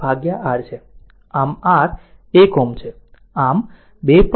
આમ R 1 Ω છે આમ 2